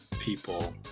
people